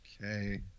Okay